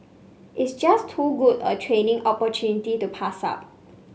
it's just too good a training opportunity to pass up